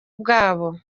bwabo